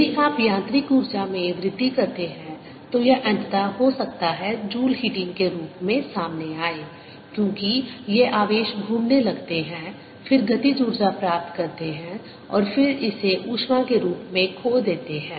यदि आप यांत्रिक ऊर्जा में वृद्धि करते हैं तो यह अंततः हो सकता है जूल हीटिंग के रूप में सामने आए क्योंकि ये आवेश घूमने लगते हैं फिर गतिज ऊर्जा प्राप्त करते हैं और फिर इसे ऊष्मा के रूप में खो देते हैं